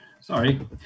Sorry